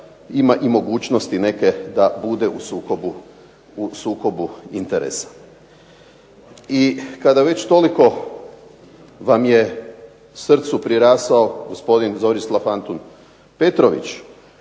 ima i mogućnosti neke da bude u sukobu interesa. I kada već toliko vam je srcu prirasao gospodin Zorislav Antun Petrović,